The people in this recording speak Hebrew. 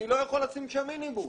אני לא יכול לשים שם מיניבוס,